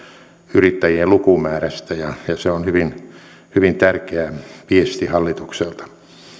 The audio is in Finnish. yrittäjien lukumäärästä ja ja se on hyvin hyvin tärkeä viesti hallitukselta